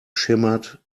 shimmered